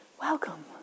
Welcome